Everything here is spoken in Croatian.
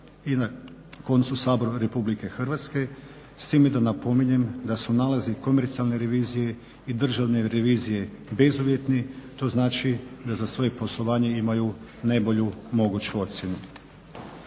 i na koncu Sabor RH s time da napominjem da su nalazi Komercijalne revizije i Državne revizije bezuvjetni. To znači da za svoje poslovanje imaju najbolju moguću ocjenu.